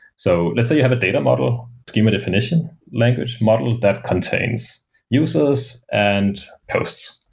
so let's say you have a data model schema definition language model that contains users and posts.